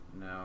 No